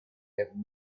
have